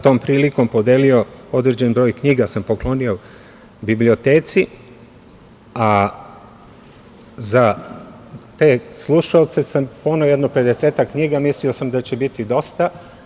Tom prilikom sam podelio, određen broj knjiga poklonio sam biblioteci, a za te slušaoce sam poneo jedno pedesetak knjiga, mislio sam da će biti dosta.